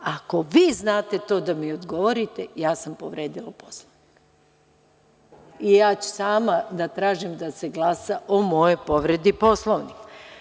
Ako vi znate to da mi odgovorite, ja sam povredila Poslovnik i ja ću sama da tražim da se glasa o mojoj povredi Poslovnika.